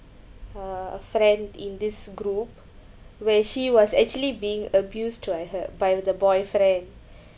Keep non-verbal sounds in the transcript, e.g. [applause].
uh a friend in this group where she was actually being abused to I heard by the boyfriend [breath]